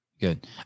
Good